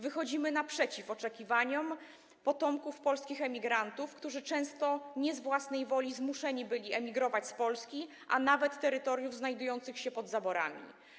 Wychodzimy naprzeciw oczekiwaniom potomków polskich emigrantów, którzy często nie z własnej woli zmuszeni byli emigrować z Polski, a nawet terytoriów znajdujących się pod zaborami.